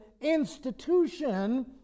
institution